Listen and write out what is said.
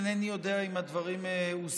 אינני יודע אם הדברים הוזכרו,